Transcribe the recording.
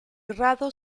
rado